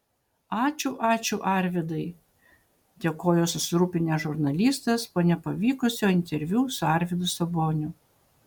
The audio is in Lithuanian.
ačiū ačiū arvydai dėkojo susirūpinęs žurnalistas po nepavykusio interviu su arvydu saboniu